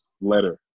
letter